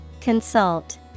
Consult